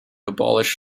abolish